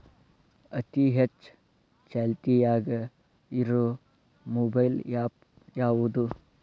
ಅತಿ ಹೆಚ್ಚ ಚಾಲ್ತಿಯಾಗ ಇರು ಮೊಬೈಲ್ ಆ್ಯಪ್ ಯಾವುದು?